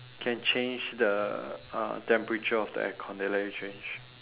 can change the uh temperature of the aircon they let you change